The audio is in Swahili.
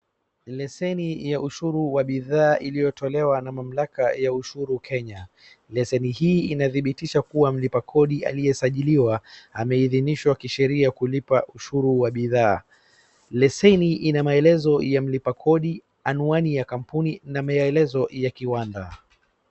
Leseni ya ushuru wa bidhaa iliyotolewa na mamlaka ya ushuru Kenya. Leseni hii inadhibitisha kuwa mlipa kodi aliyesajiliwa ameidhinishwa kisheria kulipa ushuru wa bidhaa. Leseni ina maelezo ya mlipa kodi, anwani ya kampuni na maelezo ya kiwanda.